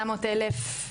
843 אלף?